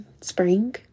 spring